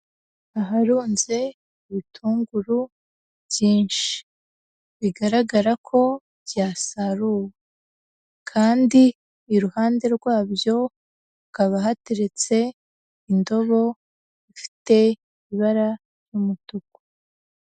Aharunze ibitunguru byinshi, bigaragara ko byasaruwe kandi iruhande rwabyo hakaba hateretse indobo ifite ibara ry'umutuku.